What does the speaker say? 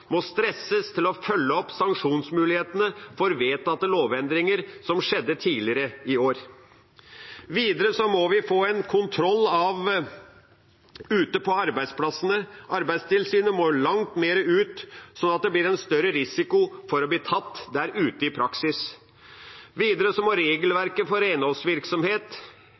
må stresses til å følge opp sanksjonsmulighetene for vedtatte lovendringer som skjedde tidligere i år. Videre må vi få en kontroll ute på arbeidsplassene. Arbeidstilsynet må mer ut, slik at det blir en større risiko for å bli tatt i praksis. Videre må regelverket for